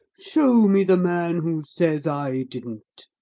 show me the man who says i didn't.